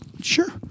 Sure